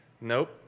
nope